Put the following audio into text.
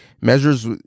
measures